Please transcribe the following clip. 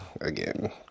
again